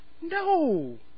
No